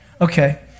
okay